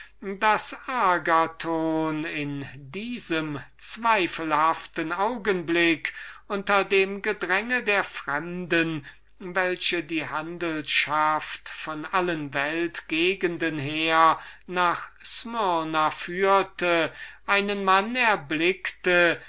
agathon in diesem zweifelhaften augenblick unter dem gedränge der fremden welche die handelschaft von allen welt gegenden her nach smyrna führte einen mann erblickte